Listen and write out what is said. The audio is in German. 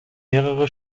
mehrere